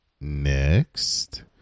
next